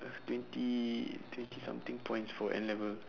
uh twenty twenty something points for N-level